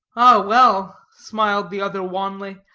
well, smiled the other wanly,